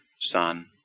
Son